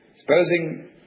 Supposing